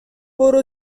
برو